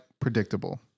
Predictable